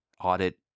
audit